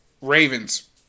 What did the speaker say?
Ravens